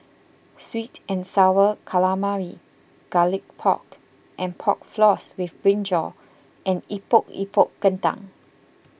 Sweet and Sour Calamari Garlic Pork and Pork Floss with Brinjal and Epok Epok Kentang